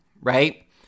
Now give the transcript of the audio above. right